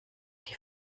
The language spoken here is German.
die